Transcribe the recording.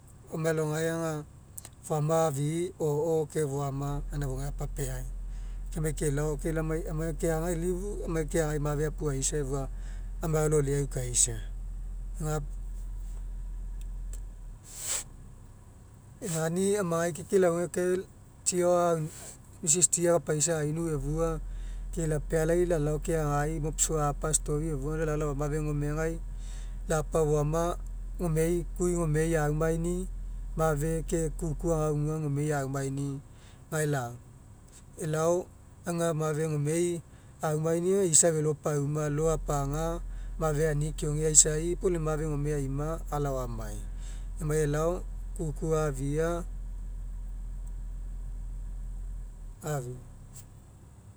Amai alao gae aga foama afi'i o'o ke foama gaina fofougai apapiai. Kemai kelao ke lai amai keaga elifu alao keagai mafe apuaisa efua amai alao loliai aukaisa. egani amagai ke lau egae tsi ao lau mrs tsi ekapaisa ainu efua ke lapealai lalao keagai mops fou apa a'story efua lau lalao mage gomegai lapa foama gomei kui gomei laumaini'i mafe ke kuku agao gua gomei au maini'i gae lagu elao aga mafe gomei aumainia aga isa felo pauma lo'o apaga mafe ani keoge aisa puo lai mafe gome aima alao amai emai elao kuku afia afia.